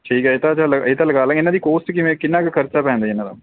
ਠੀਕ ਹੈ ਇਹ ਤਾਂ ਚੱਲ ਲ ਇਹ ਤਾਂ ਲਗਾ ਲਵਾਂਗੇ ਇਹਨਾਂ ਦੀ ਕੋਸਟ ਕਿਵੇਂ ਕਿੰਨਾ ਕੁ ਖਰਚਾ ਪੈਂਦਾ ਜੀ ਇਹਨਾਂ ਦਾ